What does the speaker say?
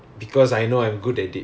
oh K K K